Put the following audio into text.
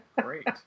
great